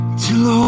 till